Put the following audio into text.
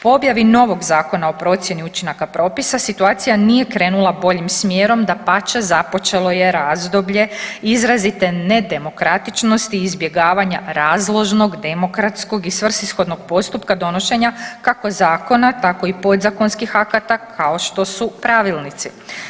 Po objavi novog Zakona o procjeni učinaka propisa situacija nije krenula boljim smjerom, dapače započelo je razdoblje izrazite nedemokratičnosti izbjegavanja razložnog demokratskog i svrsishodnog postupka donošenja kako zakona, tako i podzakonskih akata kao što su pravilnici.